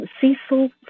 Cecil